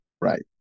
Right